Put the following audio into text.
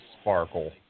sparkle